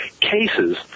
cases